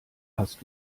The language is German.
hast